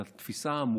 אבל התפיסה העמוקה,